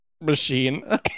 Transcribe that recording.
machine